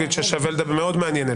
טכנולוגית מאוד מעניינת.